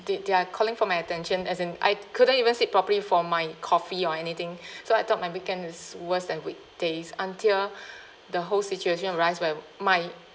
they they are calling for my attention as in I couldn't even sit properly for my coffee or anything so I thought my weekend is worse than weekdays until the whole situation arise where my